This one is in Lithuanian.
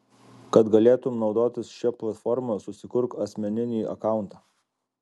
kad galėtum naudotis šia platforma susikurk asmeninį akauntą